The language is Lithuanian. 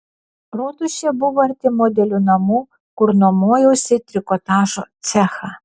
rotušė buvo arti modelių namų kur nuomojausi trikotažo cechą